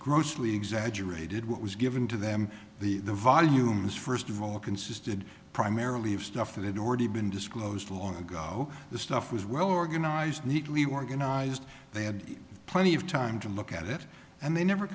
grossly exaggerated what was given to them the volumes first of all consisted primarily of stuff that had already been disclosed long ago the stuff was well organized neatly organized they had plenty of time to look at it and they never